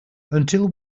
until